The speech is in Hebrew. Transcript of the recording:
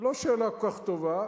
לא שאלה כל כך טובה,